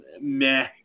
Meh